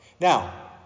Now